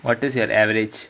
what is your average